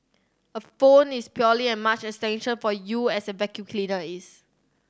a phone is purely as much an extension for you as a vacuum cleaner is